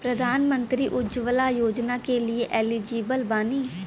प्रधानमंत्री उज्जवला योजना के लिए एलिजिबल बानी?